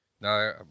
No